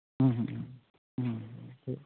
ᱦᱩᱸ ᱦᱩᱸ ᱦᱩᱸ ᱦᱩᱸ ᱴᱷᱤᱠ